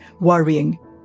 worrying